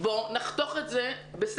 בואו נחתוך את זה בסכין.